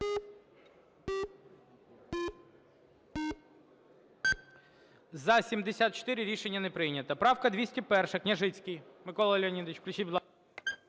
За-74 Рішення не прийнято. Правка 201-а, Княжицький Микола Леонідович. Включіть, будь ласка.